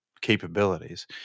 capabilities